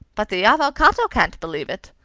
but the avvocato can't believe it,